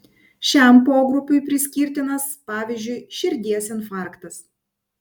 šiam pogrupiui priskirtinas pavyzdžiui širdies infarktas